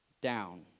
down